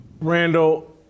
randall